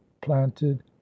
planted